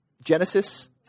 Genesis